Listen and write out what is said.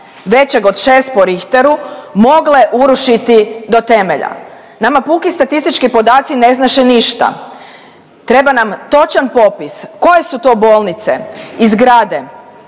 većeg od 6 po Richteru mogle urušiti do temelja. Nama puki statistički podaci ne znače ništa. Treba nam točan popis koje su to bolnice i zgrade